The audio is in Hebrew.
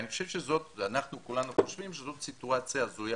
אנחנו כולנו חושבים שזאת סיטואציה הזויה